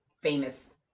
famous